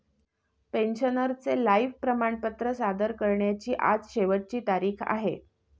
पेन्शनरचे लाइफ प्रमाणपत्र सादर करण्याची आज शेवटची तारीख आहे